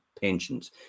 pensions